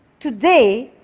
today,